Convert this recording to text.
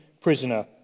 prisoner